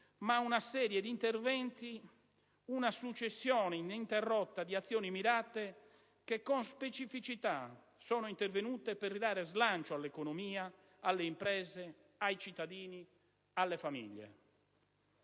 ma una serie di interventi, una successione ininterrotta di azioni mirate, che con specificità sono intervenute per ridare slancio all'economia, alle imprese, ai cittadini, alle famiglie.